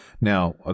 Now